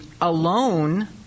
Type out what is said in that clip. alone